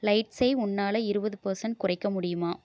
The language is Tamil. லைட்ஸை உன்னால் இருபது பர்சண்ட் குறைக்க முடியுமா